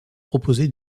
proposé